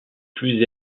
plus